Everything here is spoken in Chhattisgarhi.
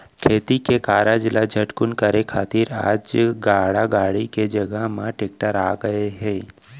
खेती के कारज ल झटकुन करे खातिर आज गाड़ा गाड़ी के जघा म टेक्टर आ गए हे